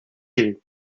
you